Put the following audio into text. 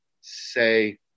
say